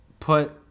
put